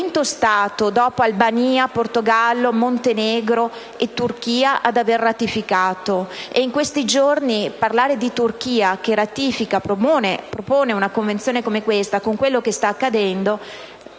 quinto Stato, dopo Albania, Portogallo, Montenegro e Turchia, ad averla ratificata (e in questi giorni parlare di Turchia che ratifica e propone una Convenzione come questa, con ciò che lì sta accadendo,